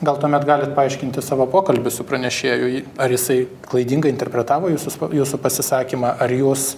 gal tuomet galit paaiškinti savo pokalbį su pranešėju ar jisai klaidingai interpretavo jūsų jūsų pasisakymą ar jūs